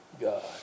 God